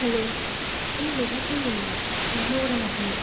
hello ᱤᱧ ᱢᱮᱜᱷᱟ ᱠᱷᱚᱡ ᱢᱮᱱᱮᱫᱟ ᱵᱚᱱᱚ ᱜᱚᱲᱟᱢ ᱠᱷᱚᱱᱤᱡ